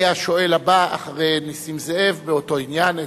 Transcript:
הוא יהיה השואל הבא אחרי נסים זאב באותו עניין,